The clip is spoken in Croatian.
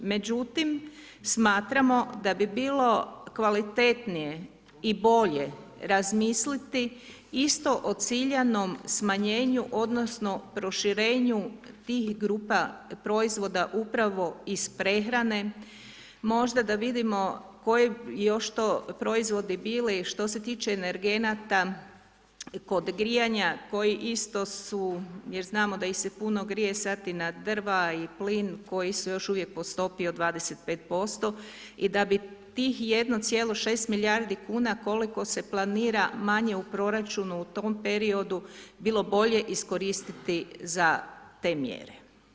Međutim, smatramo da bi bilo kvalitetnije i bolje razmisliti isto o ciljanom smanjenju, odnosno, proširenju tih grupa proizvoda, upravo iz prehrane, možda da vidimo, koji bi još to proizvodi bili što se tiče energenata, kod grijanja, jer isto su, jer znamo da ih se puno grije sada i na drva i plin, koji su još uvijek po stopi od 25% i da bih tih 1,6 milijardi kuna koliko se planira manje u proračunu u tom periodu, bilo bolje iskoristiti za te mjere.